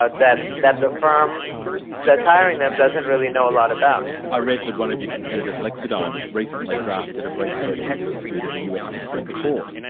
ah that that the firm that's hiring them doesn't really know a lot about. i read that one of your competitors, lexadigm, recently drafted a brief for a tax dispute in the us supreme court.